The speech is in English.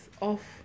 off